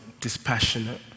dispassionate